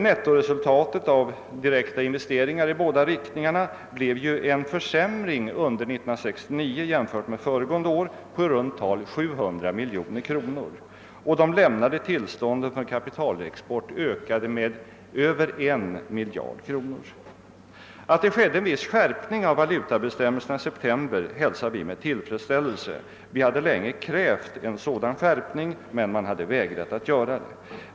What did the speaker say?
Nettoresultatet av direkta investeringar i båda riktningarna blev ju en försämring under 1969 jämfört med föregående år på i runt tal 700 miljoner kronor, och de lämnade tillstånden till kapitalexport ökade med över 1 miljard kronor. Att det skedde en viss skärpning av valutabestämmelserna i september hälsar vi med tillfredsställelse. Vi hade länge krävt en sådan skärpning, men man hade vägrat att göra den.